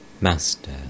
Master